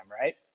right